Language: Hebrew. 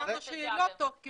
יש לנו שאלות תוך כדי.